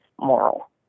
moral